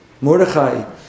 Mordechai